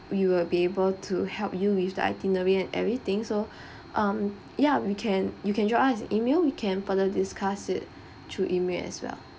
we will be able to help you with the itinerary and everything so um ya we can you can drop us an email we can further discuss it through email as well